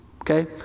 Okay